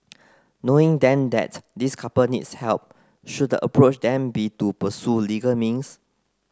knowing then that this couple needs help should the approach then be to pursue legal means